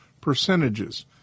percentages